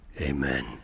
Amen